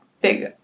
Big